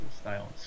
style